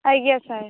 ଆଜ୍ଞା ସାର୍